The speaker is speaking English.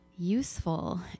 useful